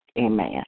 Amen